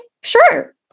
sure